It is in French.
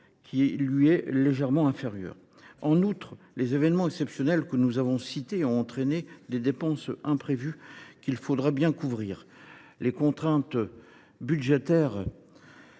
de même légèrement inférieure. En outre, les événements exceptionnels que nous avons cités ont entraîné des dépenses imprévues qu’il faudra bien couvrir. Les contraintes budgétaires